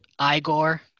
Igor